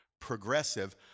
progressive